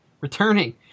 returning